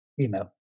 Email